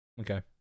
Okay